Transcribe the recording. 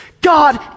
God